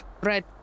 Right